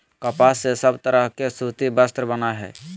कपास से सब तरह के सूती वस्त्र बनय हय